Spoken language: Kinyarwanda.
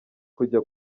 kujya